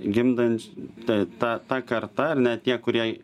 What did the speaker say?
gimdanč ta ta ta karta ar ne tie kurie